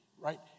right